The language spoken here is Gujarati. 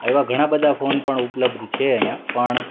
એવા ઘણા બધા ફોન પણ ઉપલબ્ધ છે અહીંયા પણ